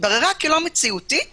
התבררה כלא מציאותית